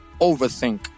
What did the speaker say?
overthink